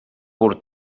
pur